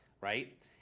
right